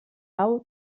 pau